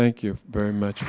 thank you very much